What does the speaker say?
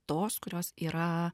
tos kurios yra